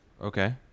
Okay